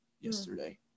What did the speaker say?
yesterday